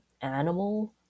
animal